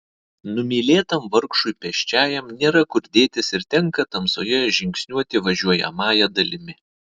numylėtam vargšui pėsčiajam nėra kur dėtis ir tenka tamsoje žingsniuoti važiuojamąja dalimi